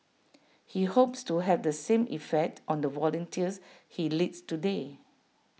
he hopes to have the same effect on the volunteers he leads today